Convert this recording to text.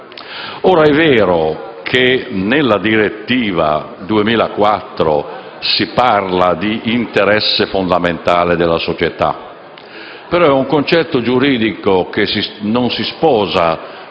È vero che nella direttiva 2004/38/CE si parla di interesse fondamentale della società, però è un concetto giuridico che non si sposa